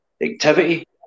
activity